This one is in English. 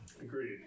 Agreed